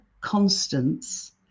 constants